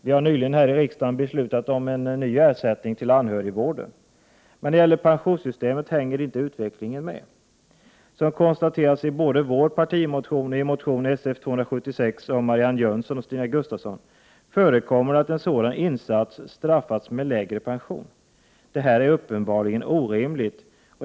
Vi har nyligen här i riksdagen beslutat om en ny ersättning när det gäller anhörigvården. Men när det gäller pensionssystemet hänger inte utvecklingen med. Det konstateras både i vår partimotion och i motion Sf276 av Marianne Jönsson och Stina Gustavsson att det förekommit att sådana insatser straffats med lägre pension. Det är uppenbart orimligt.